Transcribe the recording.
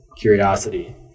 curiosity